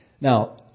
Now